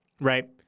right